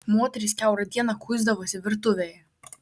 moterys kiaurą dieną kuisdavosi virtuvėje